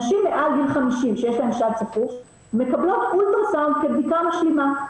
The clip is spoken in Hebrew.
נשים מעל גיל 50 שיש להן שד סחוף מקבלות אולטראסאונד כבדיקה משלימה,